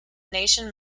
nation